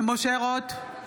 משה רוט,